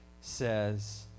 says